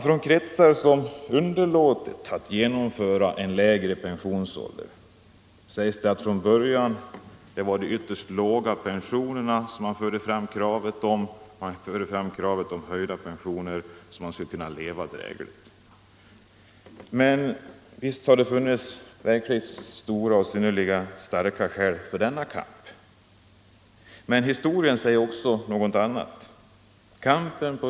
Från kretsar som underlåtit att genomföra en lägre pensionsålder sägs det att man från början måste inrikta sig på att kräva förbättringar av de ytterst låga pensionerna. Man förde fram krav på en sådan höjning av pensionen att människorna skulle kunna leva drägligt. Och visst har det funnits synnerligen starka skäl för denna kamp, men historien säger också något annat.